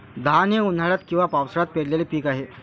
धान हे उन्हाळ्यात किंवा पावसाळ्यात पेरलेले पीक आहे